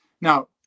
Now